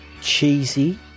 cheesy